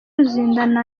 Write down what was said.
luzinda